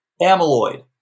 amyloid